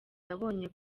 yabonye